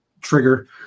trigger